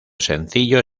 sencillo